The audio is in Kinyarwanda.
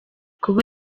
kuba